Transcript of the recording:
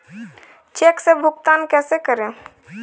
Check से भुगतान कैसे करें?